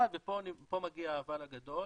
אבל, וכאן מגיע האבל הגדול,